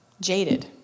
jaded